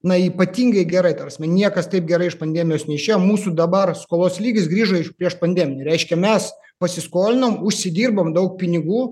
na ypatingai gerai ta prasme niekas taip gerai iš pandemijos neišėjo mūsų dabar skolos lygis grįžo iš prieš pandeminį reiškia mes pasiskolinom užsidirbom daug pinigų